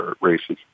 races